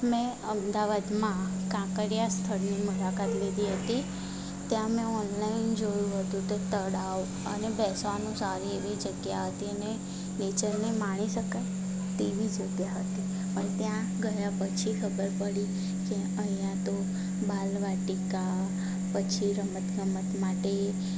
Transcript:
મેં અમદાવાદમાં કાંકરિયા સ્થળને મુલાકાત લીધી હતી ત્યાં અમે ઓનલાઈન જોયું હતું તો તળાવ અને બેસવાનું સારી એવી જગ્યા હતી અને નેચરને માણી શકાય તેવી જગ્યા હતી પણ ત્યાં ગયા પછી ખબર પડી કે અહીંયા તો બાલવાટિકા પછી રમત ગમત માટે